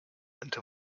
until